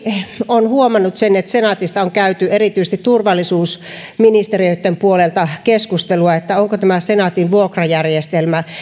on huomannut sen että senaatista on käyty erityisesti turvallisuusministeriöitten puolelta keskustelua onko tämä senaatin vuokrajärjestelmä